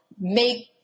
make